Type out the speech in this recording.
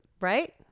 right